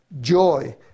Joy